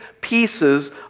pieces